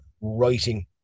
Writing